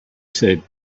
said